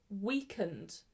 weakened